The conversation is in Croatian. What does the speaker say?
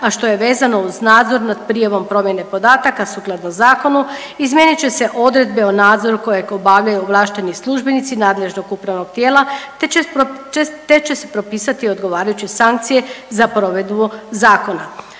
a što je vezano uz nadzor nad prijavom promjene podataka sukladno zakonu izmijenit će se odredbe o nadzoru kojeg obavljaju ovlašteni službenici nadležnog upravnog tijela, te će se propisati odgovarajuće sankcije za provedbu zakona.